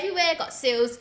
everywhere got sales